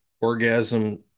orgasm